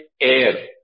air